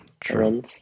true